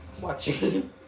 watching